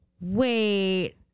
Wait